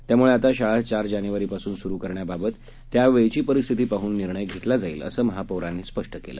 त्यामुळे आता शाळा चार जानेवारीपासून सुरू करण्याबाबत त्यावेळची परिस्थिती पाहन निर्णय घेतला जाईल असं महापौरांनी स्पष्ट केलं